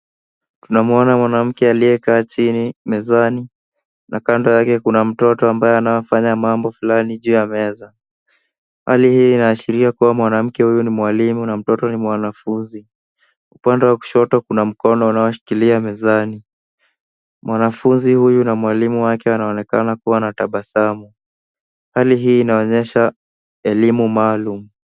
Tunamuona mwanamke aliyekaa chini mezani na kando yake kuna mtoto ambaye anayefanya mambo fulani juu ya meza, Hali hii inaashiria kuwa mwanamke huu ni mwalimu na mtoto ni mwanafunzi. Upande wa kushoto kuna mkono unaoshikilia mezani. Mwanafunzi huyu na mwalimu wake wanaonekana kuwa na tabasamu. Hali hii inaonyesha elimu maalum.